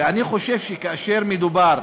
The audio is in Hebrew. אני חושב שכאשר מדובר